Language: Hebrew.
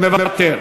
מוותר,